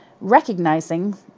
recognizing